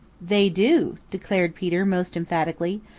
they do, declared peter most emphatically.